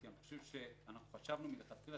כי חשבנו מלכתחילה